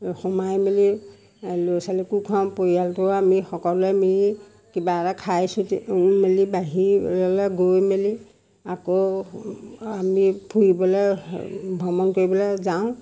সোমাই মেলি ল'ৰা ছোৱালীকো খুৱাওঁ পৰিয়ালটো আমি সকলোৱে মিলি কিবা এটা খাই চুটি মেলি বাহিৰলৈ গৈ মেলি আকৌ আমি ফুৰিবলৈ ভ্ৰমণ কৰিবলৈ যাওঁ